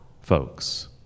folks